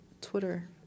Twitter